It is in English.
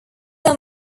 are